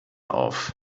auf